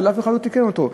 אף אחד לא תיקן אותו.